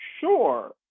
sure